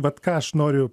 vat ką aš noriu